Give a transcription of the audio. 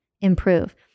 improve